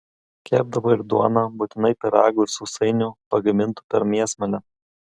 kepdavo ir duoną būtinai pyragų ir sausainių pagamintų per mėsmalę